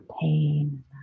pain